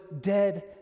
dead